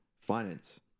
finance